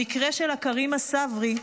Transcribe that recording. המקרה של עכרמה סברי,